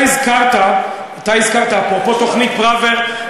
אפרופו תוכנית פראוור,